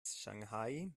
shanghai